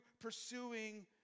pursuing